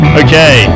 okay